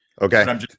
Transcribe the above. Okay